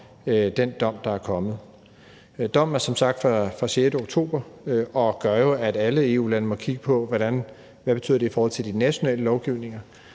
den dom, der er kommet. Dommen er som sagt fra den 6. oktober og gør jo, at alle EU-land må kigge på, hvad den betyder i forhold til de nationale lovgivninger,